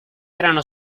erano